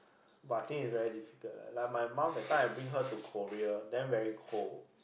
but I think is very difficult lah like my mum that time I bring her to Korea then very cold